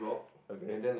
okay